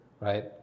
right